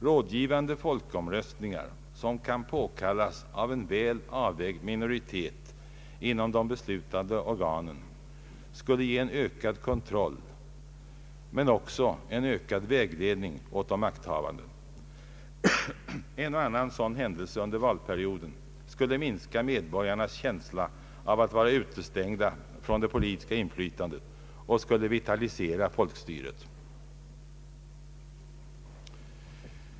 Rådgivande folkomröstningar, som kan påkallas av en väl avvägd minoritet inom de beslutande organen, skulle ge en ökad kontroll av — men också vägledning åt — de makthavande. En och annan sådan händelse under valperioden skulle minska medborgarens känsla av att vara utestängd från det politiska inflytandet och skulle vitalisera folkstyret.